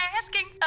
asking